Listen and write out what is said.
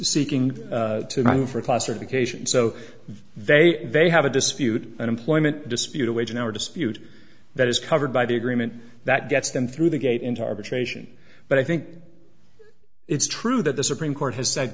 seeking to run for classification so they they have a dispute an employment dispute a wage an hour dispute that is covered by the agreement that gets them through the gate into arbitration but i think it's true that the supreme court has